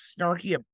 snarky